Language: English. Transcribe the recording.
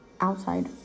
outside